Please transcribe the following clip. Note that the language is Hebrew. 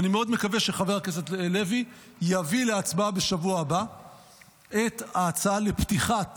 ואני מאוד מקווה שחבר הכנסת לוי יביא להצבעה בשבוע הבא את ההצעה לפתיחת